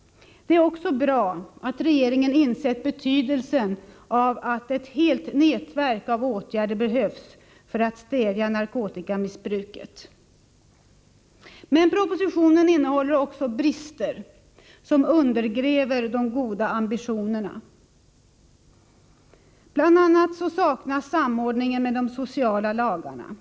Det är också bra att regeringen har insett betydelsen av att ett helt nätverk av åtgärder behövs för att stävja narkotikamissbruket. Men propositionen innehåller också brister, som undergräver de goda ambitionerna. Bl.a. saknas samordningen med de sociala lagarna.